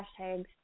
hashtags